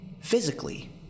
physically